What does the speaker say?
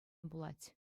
пулать